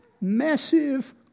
massive